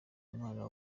umwana